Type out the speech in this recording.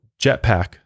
Jetpack